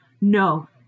no